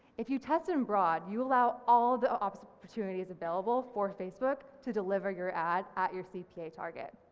if you tested a broad you allow all the opportunities available for facebook to deliver your ads at your cpa target.